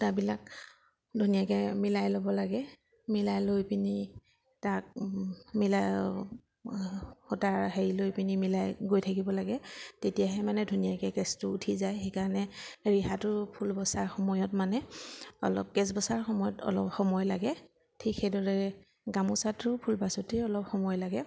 সূতাবিলাক ধুনীয়াকৈ মিলাই ল'ব লাগে মিলাই লৈ পিনি তাক মিলাই সূতাৰ হেৰি লৈ পিনি মিলাই গৈ থাকিব লাগে তেতিয়াহে মানে ধুনীয়াকৈ কেঁচটো উঠি যায় সেইকাৰণে ৰিহাতো ফুল বচাৰ সময়ত মানে অলপ কেঁচ বচাৰ সময়ত অলপ সময় লাগে ঠিক সেইদৰে গামোচাতো ফুল বাচোঁতেই অলপ সময় লাগে